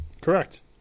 Correct